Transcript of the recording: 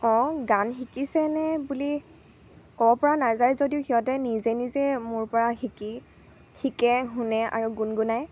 অঁ গান শিকিছেনে বুলি ক'ৰ পৰা নাযায় যদিও সিহঁতে নিজে নিজে মোৰ পৰা শিকি শিকে শুনে আৰু গুণগুণাই